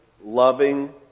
loving